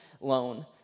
loan